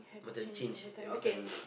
won't change every time